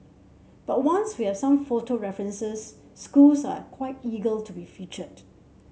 but once we have some photo references schools are quite ego to be featured